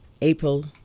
April